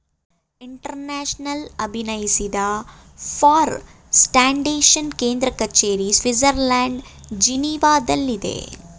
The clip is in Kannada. ಇಂಟರ್ನ್ಯಾಷನಲ್ ಅಭಿನಯಿಸಿದ ಫಾರ್ ಸ್ಟ್ಯಾಂಡರ್ಡ್ಜೆಶನ್ ಕೇಂದ್ರ ಕಚೇರಿ ಸ್ವಿಡ್ಜರ್ಲ್ಯಾಂಡ್ ಜಿನೀವಾದಲ್ಲಿದೆ